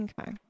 okay